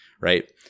right